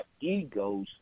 egos